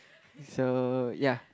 so ya